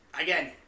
again